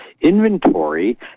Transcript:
Inventory